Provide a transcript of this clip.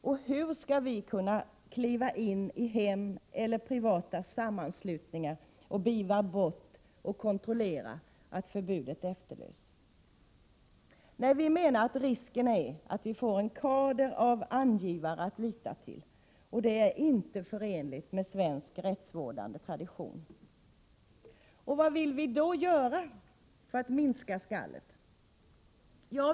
Och hur skall vi kunna kliva in i hem eller privata sammanslutningar och beivra brott och kontrollera att förbudet efterlevs? Nej, vi menar att risken är att vi får en kader av angivare att lita till, och det är inte förenligt med svensk rättsvårdande tradition. Vad vill vi då göra för att minska skallet?